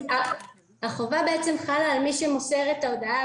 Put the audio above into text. החובה חלה על מי שמוסר את ההודעה,